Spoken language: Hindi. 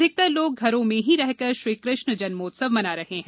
अधिकतर लोग घरों में ही रहकर श्रीकृष्ण जम्मोत्सव मना रहे हैं